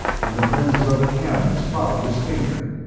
and the lenses of the cameras followed his finger.